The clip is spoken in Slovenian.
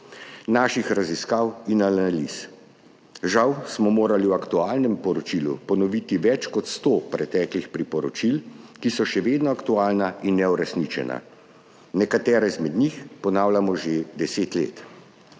naših raziskav in analiz. Žal smo morali v aktualnem poročilu ponoviti več kot sto preteklih priporočil, ki so še vedno aktualna in neuresničena. Nekatera izmed njih ponavljamo že 10 let.